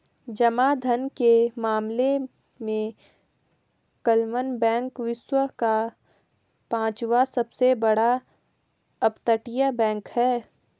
जमा धन के मामले में क्लमन बैंक विश्व का पांचवा सबसे बड़ा अपतटीय बैंक है